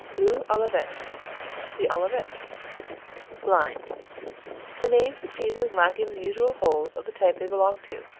bleu-olivet see olivet. blind the name for cheeses lacking the usual holes of the type they belong to,